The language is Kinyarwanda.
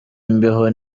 imbeho